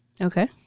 Okay